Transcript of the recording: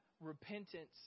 repentance